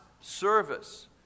service